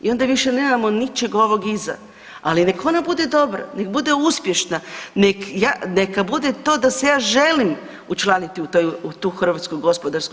I onda više nemamo ničeg ovog iza, ali nek ona bude dobra, nek bude uspješna, neka bude to da se ja želim učlaniti u HGK.